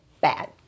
bad